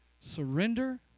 surrender